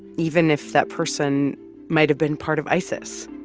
even if that person might've been part of isis?